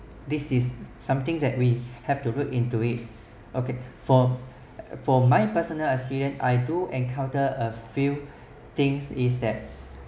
this is something that we have to look into it okay for for my personal experience I do encounter a few things is that